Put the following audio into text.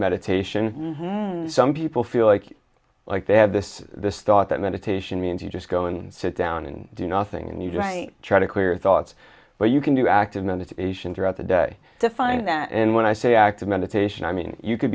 meditation some people feel like like they have this this thought that meditation means you just go and sit down and do nothing and you know i try to clear thoughts but you can do active motivation throughout the day to find them and when i say active meditation i mean you c